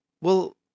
Well